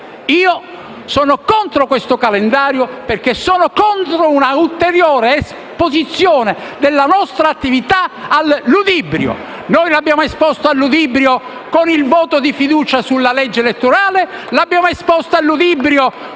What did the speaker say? io sono contrario a questo calendario perché sono contro una ulteriore esposizione della nostra attività al ludibrio. Noi l'abbiamo esposta al ludibrio con il voto di fiducia sulla legge elettorale, con la votazione